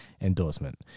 endorsement